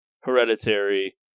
Hereditary